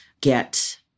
get